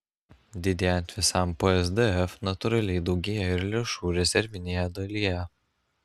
didėjant visam psdf natūraliai daugėja ir lėšų rezervinėje dalyje